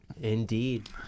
Indeed